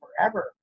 forever